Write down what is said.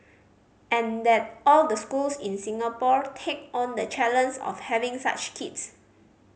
and that all the schools in Singapore take on the challenge of having such kids